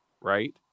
right